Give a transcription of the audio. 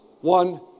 one